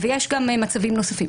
יש גם מצבים נוספים,